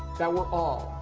that we're all,